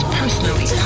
personally